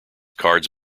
cards